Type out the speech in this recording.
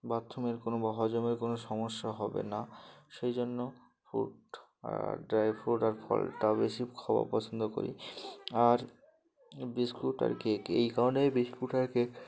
বাথরুমের কোনো বা হজমের কোনো সমস্যা হবে না সেই জন্য ফ্রুট আর ড্রাই ফ্রুট আর ফলটা বেশি খাওয়া পছন্দ করি আর বিস্কুট আর কেক এই কারণেই বিস্কুট আর কেক